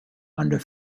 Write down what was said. under